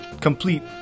complete